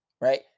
right